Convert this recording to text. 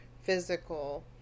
physical